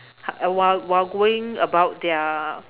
while while going about their